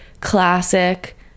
classic